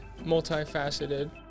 multifaceted